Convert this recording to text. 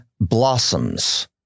blossoms